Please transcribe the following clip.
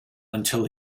until